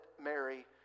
Mary